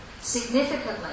Significantly